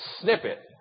snippet